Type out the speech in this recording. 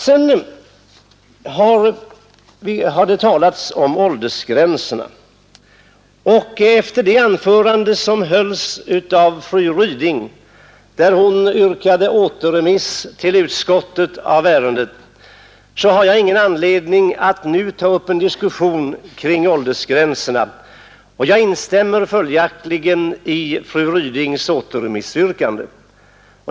Så har det talats om åldersgränserna, men efter det anförande som fru Ryding höll och i vilket hon yrkade återremiss av ärendet till utskottet har jag ingen anledning att ta upp någon diskussion på den punkten. Jag instämmer alltså i fru Rydings återremissyrkande.